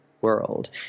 world